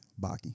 Baki